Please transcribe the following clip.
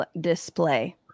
display